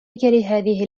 لهذه